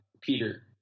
Peter